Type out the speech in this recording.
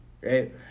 right